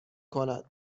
کنند